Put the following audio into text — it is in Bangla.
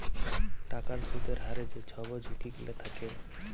টাকার সুদের হারের যে ছব ঝুঁকি গিলা থ্যাকে